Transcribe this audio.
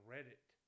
Reddit